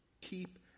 Keep